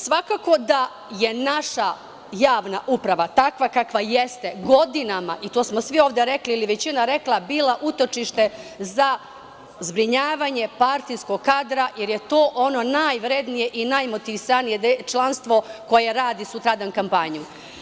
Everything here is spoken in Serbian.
Svakako da je naša javna uprava, takva kakva jeste, godinama, i to smo svi ovde rekli ili većina rekla, bila utočište za zbrinjavanje partijskog kadra, jer je to ono najvrednije i najmotivisanije članstvo koje radi sutradan kampanju.